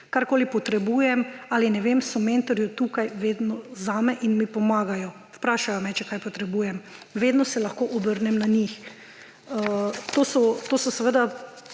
Karkoli potrebujem ali ne vem, so mentorji tukaj vedno zame in mi pomagajo. Vprašajo me, če kaj potrebujem. Vedno se lahko obrnem na njih.« To so,